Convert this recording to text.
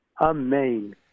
Amen